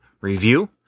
review